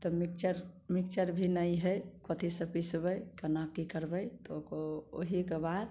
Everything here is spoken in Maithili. तऽ मिक्सर मिक्सर भी नहि हइ कथी से पिसबै कोना कि करबै तऽ ओ ओहिके बाद